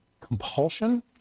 compulsion